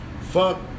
Fuck